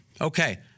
Okay